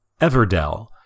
Everdell